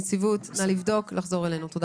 נציבות, נא לבדוק ולחזור אלינו עם תשובה.